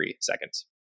seconds